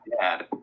dad